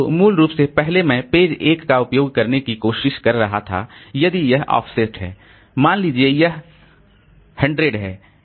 तो मूल रूप से पहले मैं पेज 1 का उपयोग करने की कोशिश कर रहा था यदि यह ऑफसेट है मान लीजिए यह 100 है